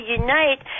unite